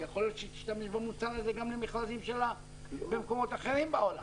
יכול להיות שהיא תשתמש במוצר הזה גם למכרזים שלה במקומות אחרים בעולם.